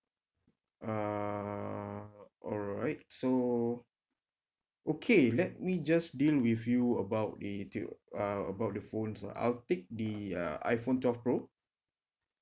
uh alright alright so okay let me just deal with you about about the phones lah I'll take the iphone twelve pro